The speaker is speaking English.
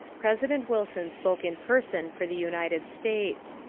president wilson spoke in person for the united states.